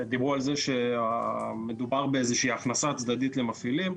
דיברו על זה שמדובר באיזושהי הכנסה צדדית למפעילים.